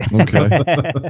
Okay